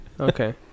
Okay